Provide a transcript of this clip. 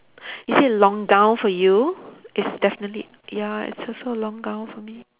is it a long gown for you it's definitely ya it's also a long gown for me